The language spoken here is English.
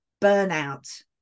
burnout